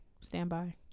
Standby